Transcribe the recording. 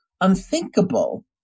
unthinkable